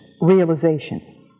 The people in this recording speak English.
realization